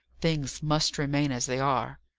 things must remain as they are.